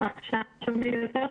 פשוט ממש לא שומעים.